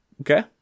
okay